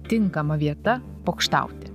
tinkama vieta pokštauti